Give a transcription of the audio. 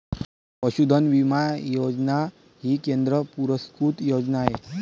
पशुधन विमा योजना ही केंद्र पुरस्कृत योजना आहे